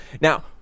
now